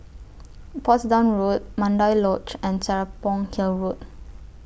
Portsdown Road Mandai Lodge and Serapong Hill Road